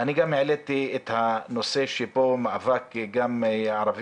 אני גם העליתי את הנושא של מאבק הערבי-יהודי,